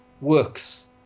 works